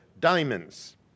Diamonds